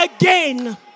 again